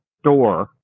store